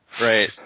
Right